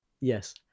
Yes